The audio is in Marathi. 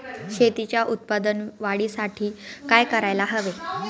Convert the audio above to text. शेतीच्या उत्पादन वाढीसाठी काय करायला हवे?